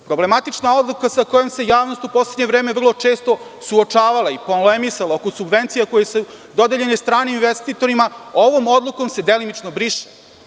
Problematična odluka sa kojom se javnost u poslednje vreme vrlo često suočavala i polemisala oko subvencija koje su dodeljene stranim investitorima, ovom odlukom se delimično briše.